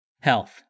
Health